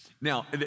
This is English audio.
Now